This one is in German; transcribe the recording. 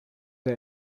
der